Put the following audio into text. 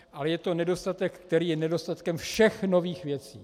Ale je to nedostatek, který je nedostatkem všech nových věcí.